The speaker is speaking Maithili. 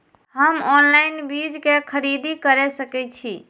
हम ऑनलाइन बीज के खरीदी केर सके छी?